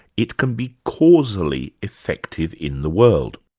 it can be causally effective in the world.